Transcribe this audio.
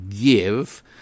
give